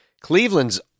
Cleveland's